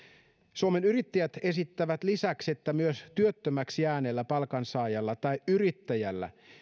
suomen yrittäjät esittävät lisäksi että myös työttömäksi jääneellä palkansaajalla tai yrittäjällä